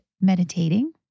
meditating